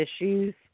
issues